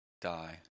die